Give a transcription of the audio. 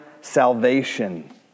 salvation